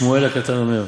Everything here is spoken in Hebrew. שמואל הקטן אומר: